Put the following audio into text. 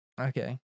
Okay